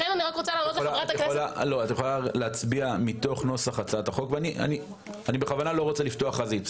את יכולה להצביע מתוך נוסח הצעתך החוק ואני בכוונה לא רוצה לפתוח חזית.